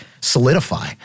solidify